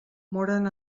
moren